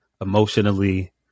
emotionally